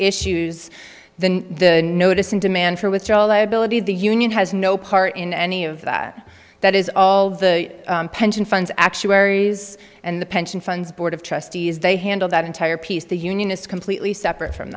issues then the notice and demand for withdrawal liability of the union has no part in any of that that is all the pension funds actuaries and the pension funds board of trustees they handle that entire piece the union is completely separate from